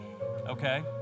Okay